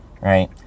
right